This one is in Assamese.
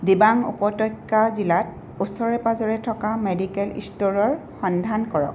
দিবাং উপত্যকা জিলাত ওচৰে পাঁজৰে থকা মেডিকেল ষ্ট'ৰৰ সন্ধান কৰক